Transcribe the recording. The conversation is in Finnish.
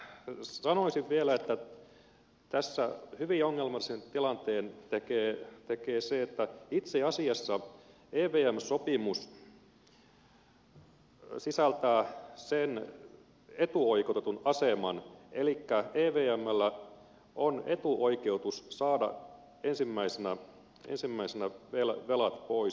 sanoisin vielä että tässä hyvin ongelmallisen tilanteen tekee se että itse asiassa evm sopimus sisältää sen etuoikeutetun aseman elikkä evmllä on etuoikeutus saada ensimmäisenä velat pois